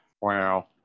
Wow